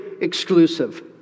exclusive